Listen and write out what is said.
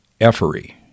effery